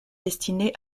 destiné